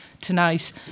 tonight